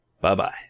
Bye-bye